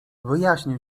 wyjaśnię